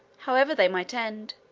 however they might end,